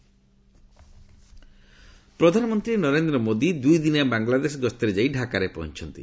PM Bangladesh ପ୍ରଧାନମନ୍ତ୍ରୀ ନରେନ୍ଦ୍ର ମୋଦୀ ଦୁଇଦିନିଆ ବାଙ୍ଗଲାଦେଶ ଗସ୍ତରେ ଯାଇ ଢାକାରେ ପହଞ୍ଚିଚ୍ଚନ୍ତି